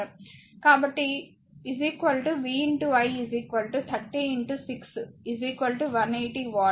కాబట్టి V I 30 6 180 what